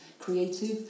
creative